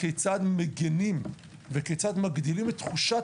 כיצד מגינים וכיצד מגדילים את תחושת